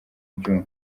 ibyuma